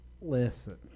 Listen